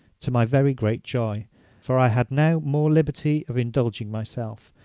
to my very great joy for i had now more liberty of indulging myself,